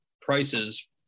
prices